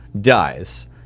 dies